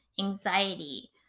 anxiety